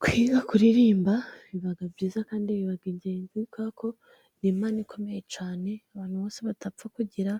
Kwiga kuririmba biba byiza kandi biba ingenzi, kubera ko ni impano ikomeye cyane, abantu bose badapfa kugira